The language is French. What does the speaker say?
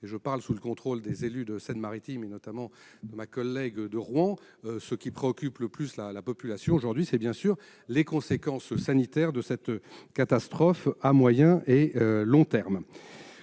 ; je parle sous le contrôle des élus de Seine-Maritime, notamment de ma collègue élue de Rouen. Ce qui préoccupe le plus la population aujourd'hui, ce sont les conséquences sanitaires de cette catastrophe à moyen et long terme.